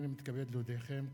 הנני מתכבד להודיעכם,